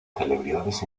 celebridades